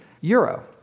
euro